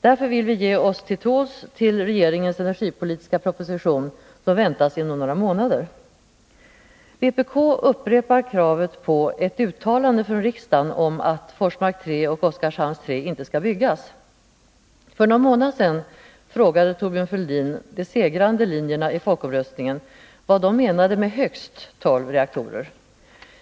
Därför vill vi ge oss till tåls tills regeringens energipolitiska proposition läggs fram, vilket väntas ske inom några månader. Vpk upprepar kravet på ett uttalande från riksdagen om att Forsmark 3 och Oskarshamn 3 inte skall byggas. För någon månad sedan frågade Thorbjörn Fälldin de segrande linjerna i folkomröstningen vad de menade med högst tolv reaktorer.